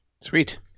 Sweet